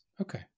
Okay